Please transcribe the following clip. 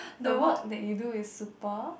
the work that you do is super